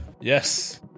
Yes